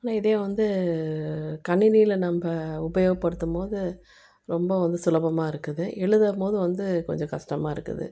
ஆனால் இதே வந்து கணினியில நம்ப உபயோகப்படுத்தும் போது வந்து சுலபமாக இருக்குது எழுதம் போது வந்து கொஞ்சம் கஷ்டமாக இருக்குது